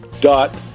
dot